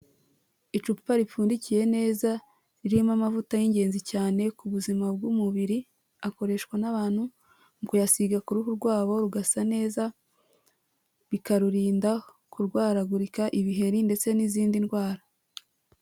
Icupa ripfundikiye neza ririmo amavuta y'ingenzi cyane ku buzima bw'umubiri, akoreshwa n'abantu mu kuyasiga ku ruhu rwabo rugasa neza, bikarurinda kurwaragurika ibiheri ndetse n'izindi ndwara.